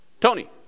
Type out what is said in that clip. Tony